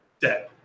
dead